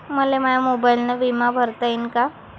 मले माया मोबाईलनं बिमा भरता येईन का?